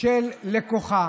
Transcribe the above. של לקוחה